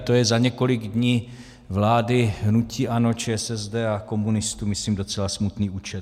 To je za několik dní vlády hnutí ANO, ČSSD a komunistů myslím docela smutný účet.